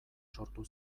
sortu